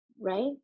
right